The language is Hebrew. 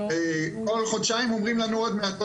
כל חודשיים אומרים לנו עוד מעט,